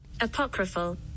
apocryphal